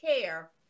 care